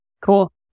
Cool